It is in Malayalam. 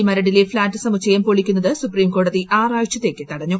കൊച്ചി മരടിലെ ഫ്ളാറ്റ് സമുച്ചയം പൊളിക്കുന്നത് സുപ്രീംകോടതി ആറാഴ്ചത്തേക്ക് തടഞ്ഞു